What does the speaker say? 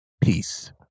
peace